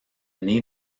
née